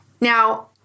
Now